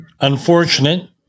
unfortunate